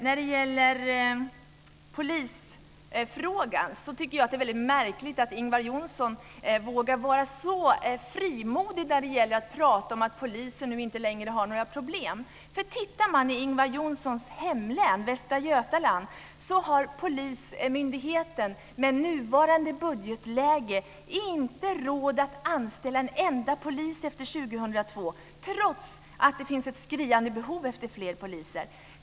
När det gäller polisfrågan tycker jag att det är väldigt märkligt att Ingvar Johnsson vågar vara så frimodig och prata om att polisen inte längre har några problem. Tittar man i Ingvar Johnssons hemlän Västra Götaland ser man att polismyndigheten med nuvarande budgetläge inte har råd att anställa en enda polis efter 2002, trots att det finns ett skriande behov av fler poliser.